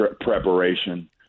preparation